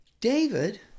David